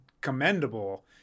commendable